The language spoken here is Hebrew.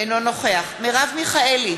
אינו נוכח מרב מיכאלי,